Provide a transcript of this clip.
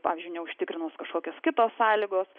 pavyzdžiui neužtikrinus kažkokios kitos sąlygos